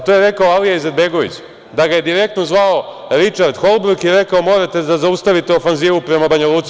To je rekao Alija Izetbegović, da ga je direktno zvao Ričard Holbruk i rekao – morate da zaustavite ofanzivu prema Banja Luci.